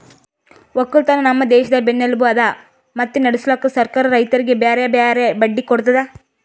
ಒಕ್ಕಲತನ ನಮ್ ದೇಶದ್ ಬೆನ್ನೆಲುಬು ಅದಾ ಮತ್ತೆ ನಡುಸ್ಲುಕ್ ಸರ್ಕಾರ ರೈತರಿಗಿ ಬ್ಯಾರೆ ಬ್ಯಾರೆ ಬಡ್ಡಿ ಕೊಡ್ತುದ್